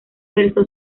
versó